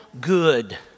good